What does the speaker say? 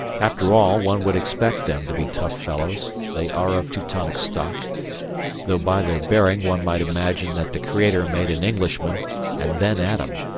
after all, one would expect them to be tough fellows they are of teutonic stock though by their bearing one might imagine that the creator made an englishman and then adam.